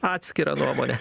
atskirą nuomonę